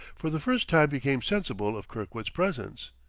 for the first time became sensible of kirkwood's presence.